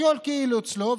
הכול כאילו אצלו,